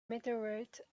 meteorite